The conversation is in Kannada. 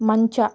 ಮಂಚ